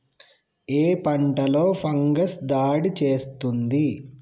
ఏ పంటలో ఫంగస్ దాడి చేస్తుంది?